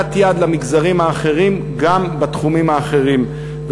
יד למגזרים האחרים גם בתחומים האחרים.